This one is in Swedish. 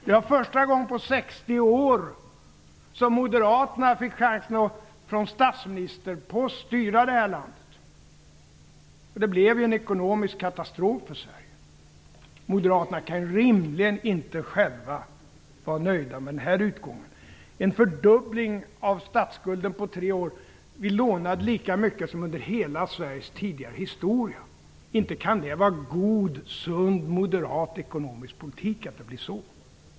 Det var första gången på 60 år som moderaterna fick chansen att styra det här landet från statsministerposten. Det blev en ekonomisk katastrof för Sverige. Moderaterna kan rimligen inte vara nöjda själva med den utgången. Det blev en fördubbling av statsskulden på tre år. Vi lånade lika som under hela Sveriges tidigare historia. Det kan inte vara god, sund, moderat ekonomisk politik att det blir så.